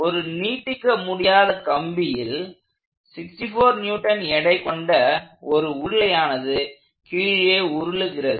ஒரு நீட்டிக்க முடியாத கம்பியில் 64N எடை கொண்ட ஒரு உருளையானது கீழே உருளுகிறது